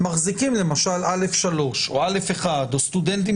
שמחזיקים למשל באשרה א/3 או באשרה א/1 או סטודנטים